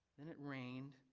then it rained.